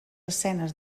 escenes